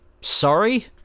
sorry